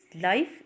Life